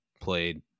played